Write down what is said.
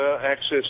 access